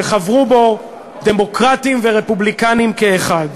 שחברו בו דמוקרטים ורפובליקנים כאחד.